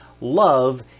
Love